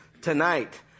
tonight